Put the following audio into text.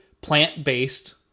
plant-based